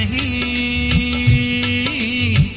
e